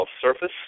surface